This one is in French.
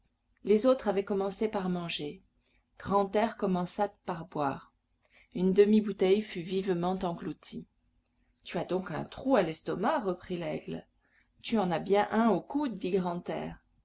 les autres avaient commencé par manger grantaire commença par boire une demi bouteille fut vivement engloutie tu as donc un trou à l'estomac reprit laigle tu en as bien un au coude dit grantaire